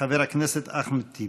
חבר הכנסת אחמד טיבי.